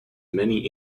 many